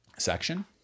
section